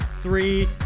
Three